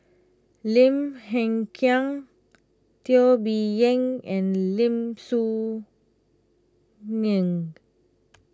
Lim Hng Kiang Teo Bee Yen and Lim Soo Ngee